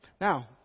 Now